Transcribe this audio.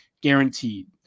guaranteed